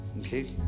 okay